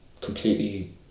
completely